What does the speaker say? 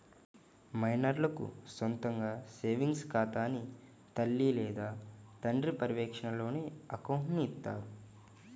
మైనర్లకు సొంతగా సేవింగ్స్ ఖాతాని తల్లి లేదా తండ్రి పర్యవేక్షణలోనే అకౌంట్ని ఇత్తారు